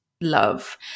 love